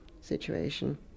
situation